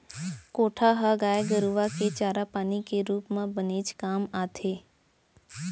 कोंढ़ा ह गाय गरूआ के चारा पानी के रूप म बनेच काम आथे